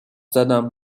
زدم